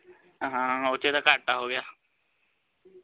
ਹਾਂ ਉਥੇ ਤਾਂ ਘੰਟਾ ਹੋ ਗਿਆ